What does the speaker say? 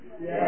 Yes